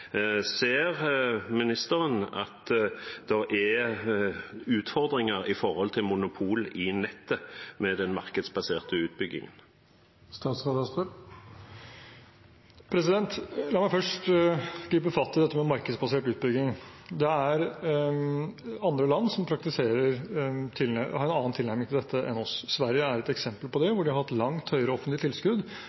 Ser ministeren at det er utfordringer med hensyn til monopol i nettet med den markedsbaserte utbyggingen? La meg først gripe fatt i dette med markedsbasert utbygging. Det er andre land som har en annen tilnærming til dette enn oss. Sverige er et eksempel på det, hvor de har hatt langt høyere offentlige tilskudd.